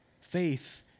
Faith